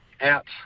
out